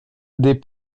des